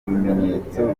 bimenyetso